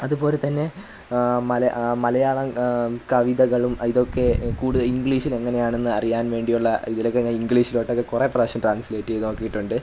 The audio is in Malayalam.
അതുപോലെ തന്നെ ആ മലയാളം കവിതകളും ഇതൊക്കെ കൂടെ ഇംഗ്ലീഷിൽ എങ്ങനെയാണെന്ന് അറിയാൻ വേണ്ടിയുള്ള ഇതിലൊക്കെ ഞാന് ഇംഗ്ലീഷിലോട്ടൊക്കെ കുറേ പ്രാവശ്യം ട്രാൻസ്ലേറ്റ് ചെയ്ത് നോക്കിയിട്ടുണ്ട്